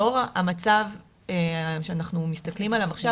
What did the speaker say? לאור המצב שאנחנו מסתכלים עליו עכשיו,